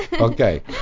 Okay